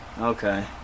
Okay